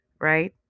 Right